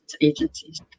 agencies